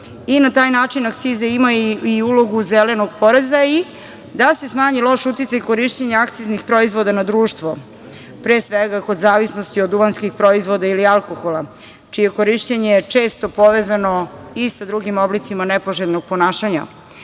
i na taj način akcize imaju i ulogu zelenog poreza, i da se smanji loš uticaj korišćenja akciznih proizvoda na društvo, pre svega kod zavisnosti od duvanskih proizvoda ili alkohola, čije korišćenje je često povezano i sa drugim oblicima nepoželjnog ponašanja,